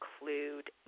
include